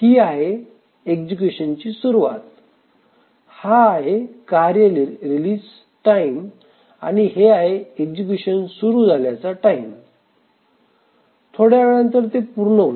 ही आहे एक्झिक्युशन ची सुरुवात हा आहे कार्य रिलीज टाईम आणि हे आहे एक्झिक्युशन सुरू झाल्याचा टाईम आणि थोड्या वेळानंतर ते पूर्ण होईल